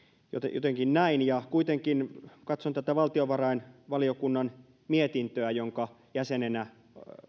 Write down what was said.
jotenkin näin kuitenkin kun katson tätä valtiovarainvaliokunnan jonka jäsenenä